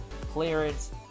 clearance